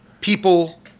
people